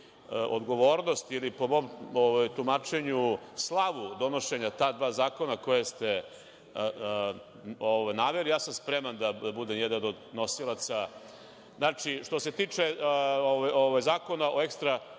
odgovornost ili, po mom tumačenju, slavu donošenja ta dva zakona koja ste naveli, ja sam spreman da budem jedan od nosilaca. Što se tiče Zakona o ekstra